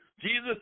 Jesus